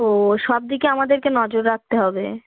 ও সব দিকে আমাদেরকে নজর রাখতে হবে